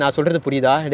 oh